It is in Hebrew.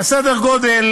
בסדר גודל